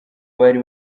bari